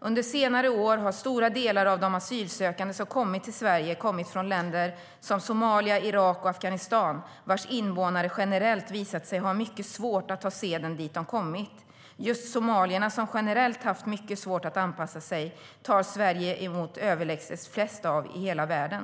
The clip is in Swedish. "Under senare år har stora delar av de asylsökande som kommit till Sverige kommit från länder som Somalia, Irak och Afghanistan, vars invånare generellt visat sig ha mycket svårt att ta seden dit de kommit. Just somalierna som generellt haft mycket svårt att anpassa sig tar Sverige emot överlägset flest av i hela världen.